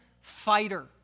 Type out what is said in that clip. fighter